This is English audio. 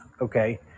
okay